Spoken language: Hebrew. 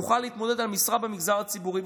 יוכל להתמודד על משרה במגזר הציבורי,